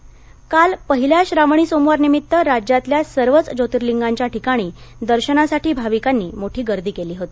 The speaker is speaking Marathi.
सोमवार काल पहिल्या श्रावणी सोमवारनिमित्त राज्यातल्या सर्वच ज्योर्तिलिंगाच्या ठिकाणी दर्शनासाठी भाविकांनी मोठी गर्दी केली होती